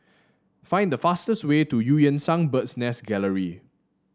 find the fastest way to Eu Yan Sang Bird's Nest Gallery